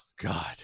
god